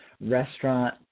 restaurant